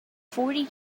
forty